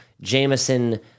Jameson